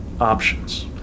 options